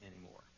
anymore